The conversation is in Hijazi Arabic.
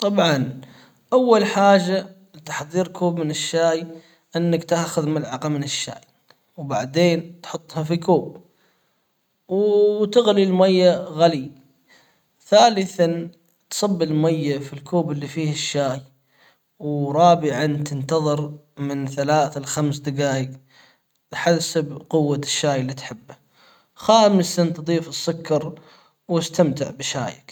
طبعًا أول حاجة تحذيركم من الشاي انك تاخذ ملعقة من الشاي وبعدين تحطها في كوب وتغلي المية غلي ثالثًا تصب المية في الكوب اللي فيه الشاي ورابعًا تنتظر من ثلاث لخمس دجايج تحسب قوة الشاي اللي تحبه خامسًا تضيف السكر واستمتع بشايك.